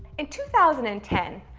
in two thousand and ten,